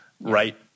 right